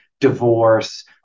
divorce